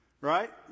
Right